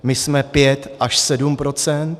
My jsme pět až sedm procent.